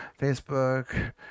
Facebook